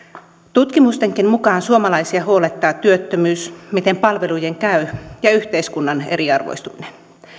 tutkimustenkin mukaan suomalaisia huolettaa työttömyys se miten palvelujen käy ja yhteiskunnan eriarvoistuminen